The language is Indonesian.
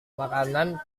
makanan